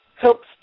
helps